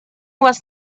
was